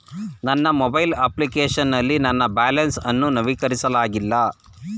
ನನ್ನ mobile application ನಲ್ಲಿ ನನ್ನ ಬ್ಯಾಲೆನ್ಸ್ ಅನ್ನು ನವೀಕರಿಸಲಾಗಿಲ್ಲ